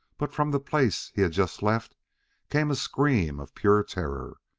but from the place he had just left came a scream of pure terror.